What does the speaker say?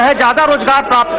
ah da da da da da